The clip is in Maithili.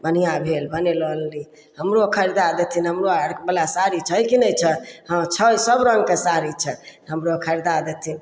बढ़िआँ भेल भने लऽ लेली हमरो खरीदा देथिन हमरो अर्जवला साड़ी छै कि नहि छै हँ छै सभ रङ्गके साड़ी छै हमरो खरीदा देथिन